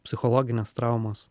psichologinės traumos